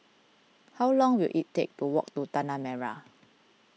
how long will it take to walk to Tanah Merah